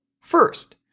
First